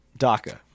DACA